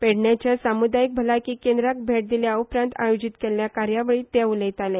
पेडणेच्या सामुदायिक भलायकी केंद्राक भेट दिल्या उपरांत आयोजीत केल्या कार्यावळीत ते उलैताले